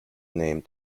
name